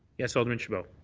yeah so alderman chabot.